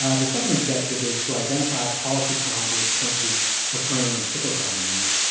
ah the second objective is to identify policy challenges currently occurring in sickle cell disease.